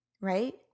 right